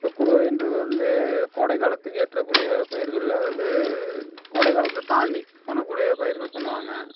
இப்போ குருவைன்றது வந்து கோடை காலத்துக்கு ஏற்ற கூடிய பயிர்கள் அதாவது கோடை காலத்தை தாண்டி பண்ண கூடிய பயிர்கள் பண்ணுவாங்க